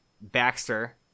Baxter